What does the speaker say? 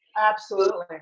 absolutely.